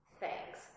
thanks